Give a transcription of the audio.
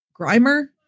grimer